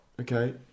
okay